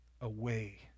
away